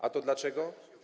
A to dlaczego?